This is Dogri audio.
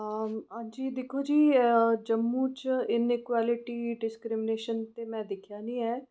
अज्ज दिक्खो जी जम्मू च इनेक्वालिटी डिसक्रमिनेशन ते में दिक्खेआ निं ऐ